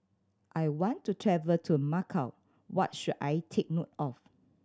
I want to travel to Macau what should I take note of